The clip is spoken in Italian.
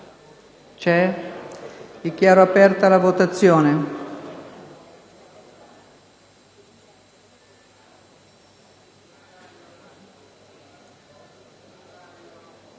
Dichiaro aperta la votazione.